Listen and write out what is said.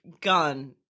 gun